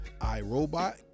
iRobot